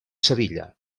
sevilla